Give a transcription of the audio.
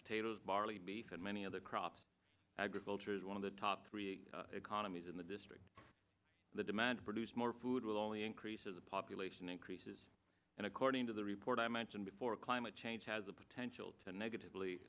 potatoes barley beef and many other crops agriculture is one of the top three economies in the district the demand to produce more food will only increase as the population increases and according to the report i mentioned before climate change has the potential to negatively